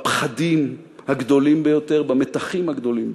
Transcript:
בפחדים הגדולים ביותר, במתחים הגדולים ביותר.